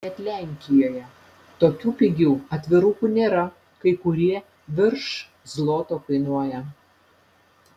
net lenkijoje tokių pigių atvirukų nėra kai kurie virš zloto kainuoja